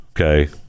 okay